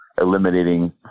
eliminating